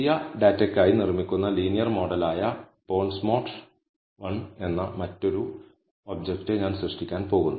പുതിയ ഡാറ്റയ്ക്കായി നിർമ്മിക്കുന്ന ലീനിയർ മോഡലായ ബോണ്ട് മോഡ് വൺ എന്ന മറ്റൊരു ഒബ്ജക്റ്റ് ഞാൻ സൃഷ്ടിക്കാൻ പോകുന്നു